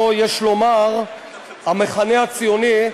או יש לומר המחנה הציוני,